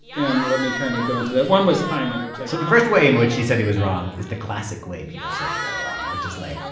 and let me kind of go into that. one was timing, which i. so the first way in which he said he was wrong is the classic way people say they are wrong, which is like,